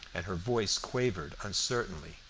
and her voice quavered uncertainly.